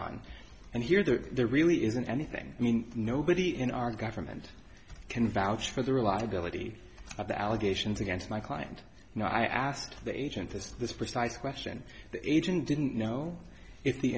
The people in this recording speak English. on and here the there really isn't anything i mean nobody in our government can vouch for the reliability of the allegations against my client you know i asked the agent is this precise question the agent didn't know if the